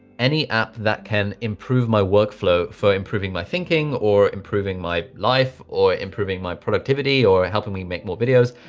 any app that can improve my workflow for improving my thinking or improving my life or improving my productivity or helping me make more videos,